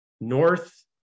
North